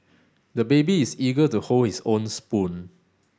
the baby is eager to hold his own spoon